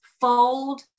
Fold